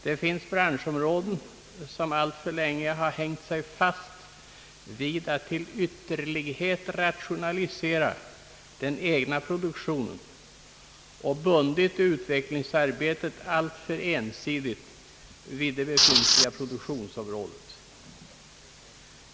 Det finns branschområden där man länge har hängt sig fast vid att rationalisera den egna produktionen och bundit utvecklingsarbetet alltför ensidigt vid det hittillsvarande produktionsområdet.